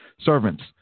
servants